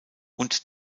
und